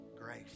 grace